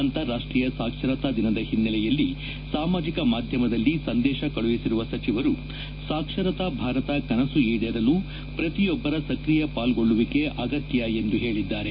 ಅಂತಾರಾಷ್ಷೀಯ ಸಾಕ್ಷರತಾ ದಿನದ ಹಿನ್ನೆಲೆಯಲ್ಲಿ ಸಾಮಾಜಿಕ ಮಾಧ್ಯಮದಲ್ಲಿ ಸಂದೇಶ ಕಳುಹಿಸಿರುವ ಸಚಿವರು ಸಾಕ್ಷರತಾ ಭಾರತ ಕನಸು ಈಡೇರಲು ಪ್ರತಿಯೊಬ್ಬರ ಸ್ಕ್ರಿಯ ಪಾಲ್ಗೊಳ್ಳುವಿಕೆ ಅಗತ್ಯ ಎಂದು ಹೇಳಿದ್ದಾರೆ